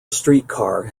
streetcar